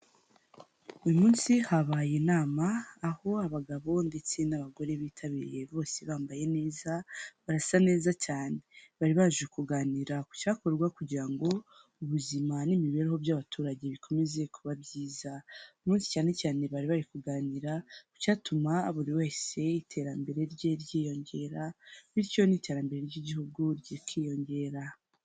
Uyu munsi habaye inama, aho abagabo ndetse n'abagore bitabiriye bose bambaye neza barasa neza cyane, bari baje kuganira ku cyakorwa kugira ngo ubuzima n'imibereho by'abaturage bikomeze kuba byiza, uyu munsi cyane cyane bari bari kuganira ku cyatuma buri wese iterambere rye ryiyongera bityo n'iterambere ry'igihugu rikiyongera.